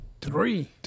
Three